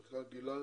המחקר גילה